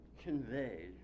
conveyed